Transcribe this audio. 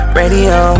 radio